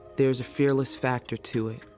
there's a fearless factor to it.